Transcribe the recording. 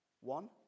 one